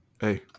hey